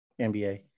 NBA